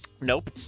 Nope